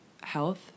health